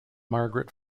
margaret